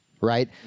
right